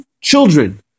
children